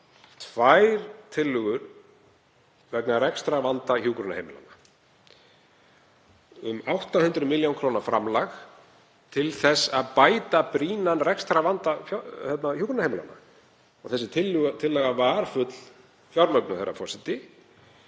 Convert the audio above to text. tvær tillögur vegna rekstrarvanda hjúkrunarheimilanna um 800 millj. kr. framlag til þess að laga brýnan rekstrarvanda hjúkrunarheimilanna. Sú tillaga var fullfjármögnuð, herra forseti.